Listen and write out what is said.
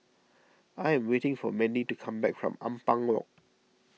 I am waiting for Mandie to come back from Ampang Walk